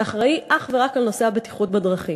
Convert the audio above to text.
שאחראי אך ורק על נושא הבטיחות בדרכים.